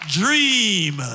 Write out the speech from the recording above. dream